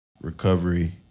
recovery